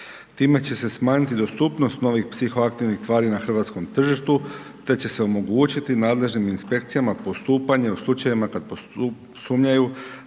Time će se smanjiti dostupnost novih psihoaktivnih tvari na hrvatskom tržištu, te će se omogućiti nadležnim inspekcijama postupanje u slučajevima kada sumnjaju